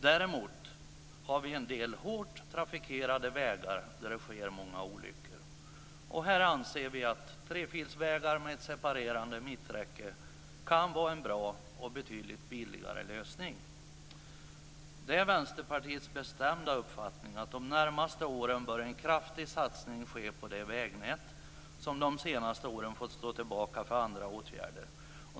Däremot har vi en del hårt trafikerade vägar där det sker många olyckor. Här anser vi att trefilsvägar med ett separerande mitträcke kan vara en bra och betydligt billigare lösning. Det är Vänsterpartiets bestämda uppfattning att det under de närmaste åren bör ske en kraftig satsning på det vägnät som under de senaste åren har fått stå tillbaka för andra åtgärder.